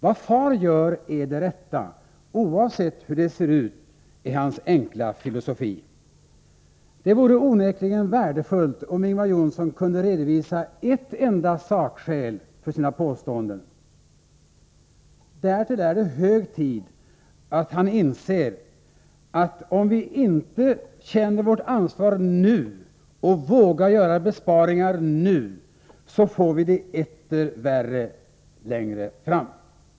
”Vad far gör är det rätta, oavsett hur det ser ut”, är hans enkla filosofi. Det vore onekligen värdefullt om Ingvar Johnsson kunde redovisa ett enda sakskäl för sina påståenden. Därtill är det hög tid att han inser att om vi inte känner vårt ansvar nu och vågar göra besparingar nu, får vi det etter värre längre fram.